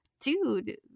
dude